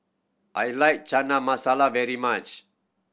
I like Chana Masala very much